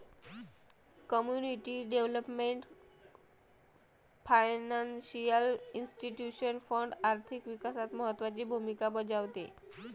community development financial institution fund आर्थिक विकासात महत्त्वाची भूमिका बजावते